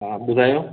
हा ॿुधायो